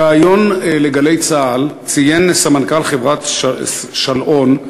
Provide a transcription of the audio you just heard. בריאיון ל"גלי צה"ל" ציין סמנכ"ל חברת "שלאון"